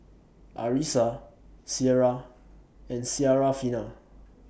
Arissa Syirah and Syarafina